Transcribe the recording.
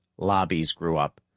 lobbies grew up.